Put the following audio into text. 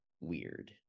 weird